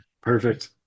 perfect